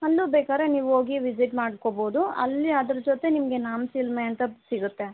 ಅಲ್ಲೂ ಬೇಕಾದ್ರೆ ನೀವು ಹೋಗಿ ವಿಸಿಟ್ ಮಾಡ್ಕೊಬೋದು ಅಲ್ಲಿ ಅದರ ಜೊತೆ ನಿಮಗೆ ನಾಮ ಚಿಲುಮೆ ಅಂತ ಸಿಗುತ್ತೆ